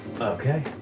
Okay